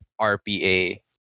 RPA